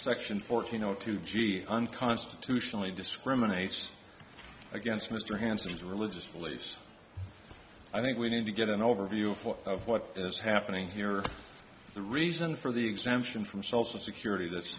section forty no to g unconstitutionally discriminates against mr hanssen his religious beliefs i think we need to get an overview of what is happening here the reason for the exemption from social security that